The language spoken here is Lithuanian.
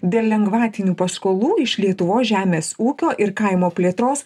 dėl lengvatinių paskolų iš lietuvos žemės ūkio ir kaimo plėtros